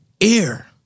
air